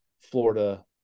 Florida